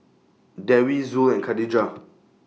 Dewi Zul and Khadija